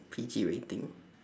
P_G rating